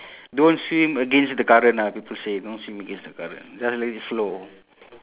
don't swim against the current ah people say don't swim against the current just let it flow